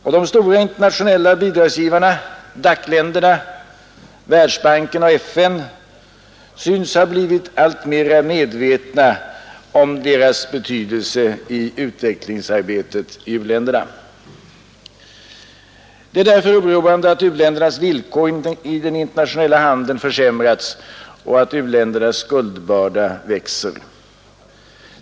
Och de stora internationella bidragsgivarna, DAC-länderna, Världsbanken och FN, synes ha blivit alltmera medvetna om sin betydelse i utvecklingsarbetet i u-länderna. Det är därför oroande att u-ländernas villkor i den internationella handeln försämras och att u-ländernas skuldbörda växer.